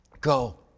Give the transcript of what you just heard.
go